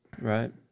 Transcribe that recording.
Right